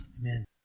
Amen